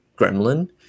gremlin